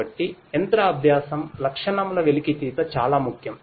కాబట్టి యంత్ర అభ్యాసం లక్షణముల వెలికితీత చాలా ముఖ్యం